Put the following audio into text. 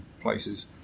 places